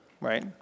right